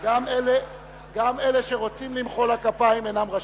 גם אלה שרוצים למחוא לה כפיים אינם רשאים.